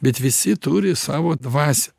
bet visi turi savo dvasią